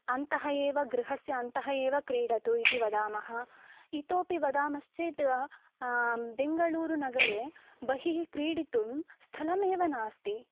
अन्तः एव गृहस्य अन्तः एव क्रीडतु इति वदामः इतोऽपि वदामश्चेत् बेङ्गळूरु नगरे बहिः क्रीडितुं स्थलम् एव नास्ति